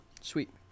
sweet